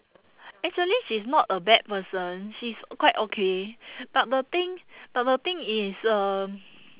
actually she's not a bad person she's quite okay but the thing but the thing is um